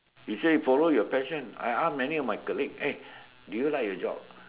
they say follow your passion I ask many of my colleague hey do you like your job